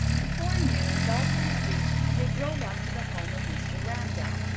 before noon dalton was reached and they drove up to the home of mr. ramdell,